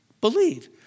Believe